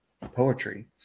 poetry